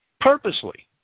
Purposely